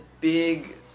big